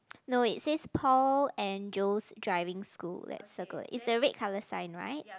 no it says Paul and Jo's driving school let's circle it it's a red colour sign right